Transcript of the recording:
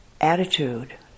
attitude